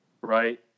Right